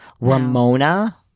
Ramona